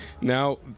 Now